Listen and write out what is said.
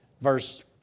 verse